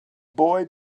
boy